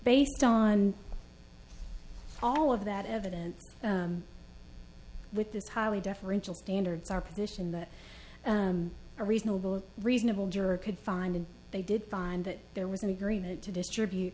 based on all of that evidence with this highly deferential standards our position that a reasonable reasonable juror could find and they did find that there was an agreement to distribute